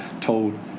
told